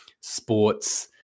sports